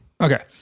Okay